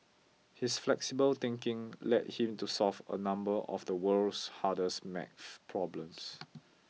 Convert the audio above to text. his flexible thinking led him to solve a number of the world's hardest math problems